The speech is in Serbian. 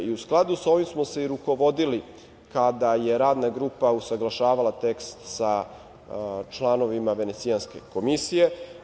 U skladu sa ovim smo se i rukovodili, kada je Radna grupa usaglašavala tekst sa članovima Venecijanske komisije.